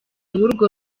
w’urwo